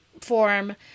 form